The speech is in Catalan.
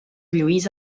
lluís